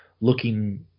looking